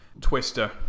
Twister